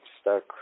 stuck